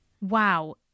Wow